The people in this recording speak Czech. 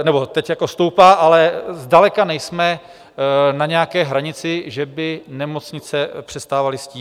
Nebo teď jako stoupá, ale zdaleka nejsme na nějaké hranici, že by nemocnice přestávaly stíhat.